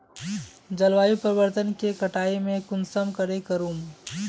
जलवायु परिवर्तन के कटाई में कुंसम करे करूम?